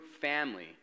family